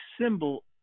symbol